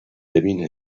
ببین